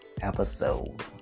episode